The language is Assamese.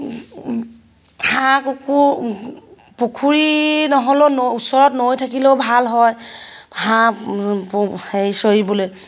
হাঁহ কুকুৰ পুখুৰী নহ'লেও নৈ ওচৰত নৈ থাকিলেও ভাল হয় হাঁহ হেৰি চৰিবলৈ